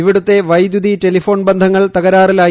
ഇവിടുത്തെ വൈദ്യുതി ടെലിഫോൺ ബന്ധങ്ങൾ തകരാറിലായി